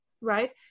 Right